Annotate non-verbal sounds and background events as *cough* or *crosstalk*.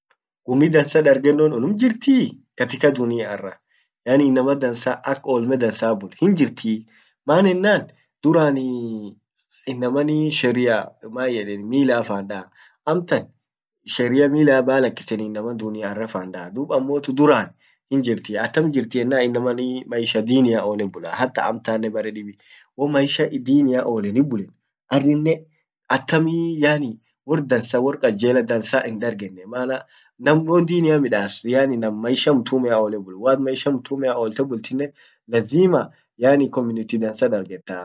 gummi dansa dargenno innum jirtii? Katika dunnia arra yaani innama dansa ak olme dansa bult hinjirtii maan ennan duran *hesitation* inaman *hesitation* sheria man yeden mila fan da amtan sheria millaa baya lakisen innaman dunia arra fan daa, dub ammotu duran hinjirtii atam jirti ennan innaman *hesitation* maisha dinia olle bullaa hata amtannen bare dibbi womaisha *hesitation* dinnia oleni bullen arrinen atam *hesitation* yaani worr dansa worr qajella dansa hindargenne maana nam won dinia midas yaani nam maisha mtume olle bull, waatin maisha mtumea olte bultinnen lazima yaani community dansa dargetta.